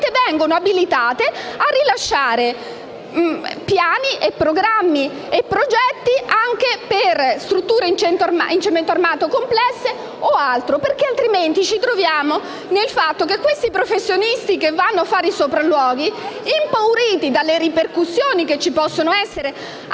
vengono abilitate a rilasciare piani, programmi e progetti anche per strutture in cemento armato complesse o altro. Altrimenti, ci troviamo con professionisti che vanno a fare i sopralluoghi impauriti dalle ripercussioni che ci possono essere anche